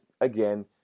again